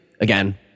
Again